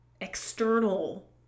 external